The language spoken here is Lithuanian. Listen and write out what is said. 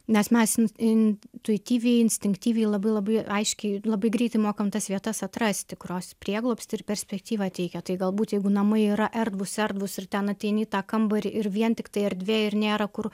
nes mes in intuityviai instinktyviai labai labai aiškiai labai greitai mokam tas vietas atrasti kurios prieglobstį ir perspektyvą teikia tai galbūt jeigu namai yra erdvūs erdvūs ir ten ateini į tą kambarį ir vien tiktai erdvė ir nėra kur